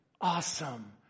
awesome